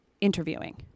interviewing